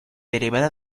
derivada